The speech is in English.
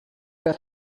that